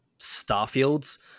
Starfields